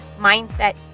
mindset